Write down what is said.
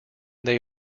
they